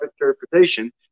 interpretation